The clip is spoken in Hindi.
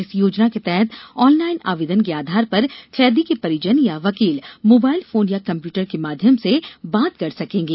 इस योजना के तहत ऑनलाइन आवेदन के आधार पर कैदी के परिजन या वकील मोबाइल फोन या कम्प्यूटर के माध्यम से बात कर सकेंगे